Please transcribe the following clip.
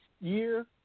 Year